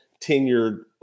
tenured